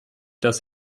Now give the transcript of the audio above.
dass